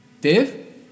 Dave